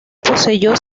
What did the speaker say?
poseyó